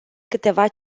câteva